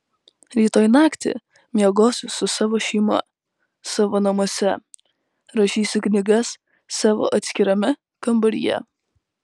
rytoj naktį miegosiu su savo šeima savo namuose rašysiu knygas savo atskirame kambaryje